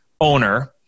owner